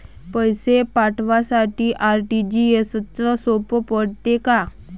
पैसे पाठवासाठी आर.टी.जी.एसचं सोप पडते का?